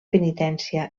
penitència